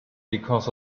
because